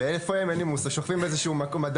ואין לי מושג איפה הם; שוכבים באיזה שהוא מדף.